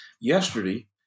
Yesterday